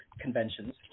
conventions